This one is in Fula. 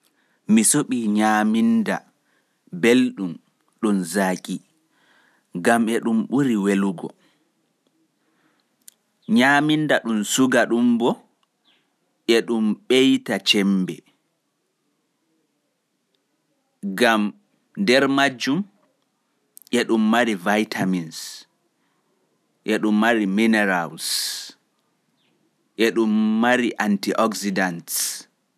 Emi ɓuri yiɗugo nyaaminda beɗun ɗun zaki gam e ɗun ɓuri welugo. nyaminda ɗun e ɗun ɓuri welugo. E ɗun ɓeita ɓeita cemmbe, e ɗun mari minerals, vitamins e anti oxidants.